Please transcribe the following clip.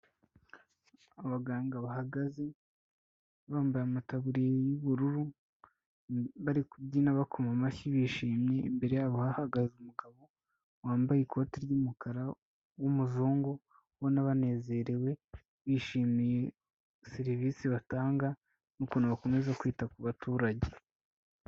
Abaganga bahagaze bambaye amataburiya y'ubururu, bari kubyina bakoma amashyi bishimye imbere yabo hahagaze umugabo wambaye ikoti ry'umukara w'umuzungu, ubona banezerewe bishimiye serivisi batanga n'ukuntu bakomeza kwita ku baturage.